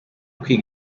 kwiga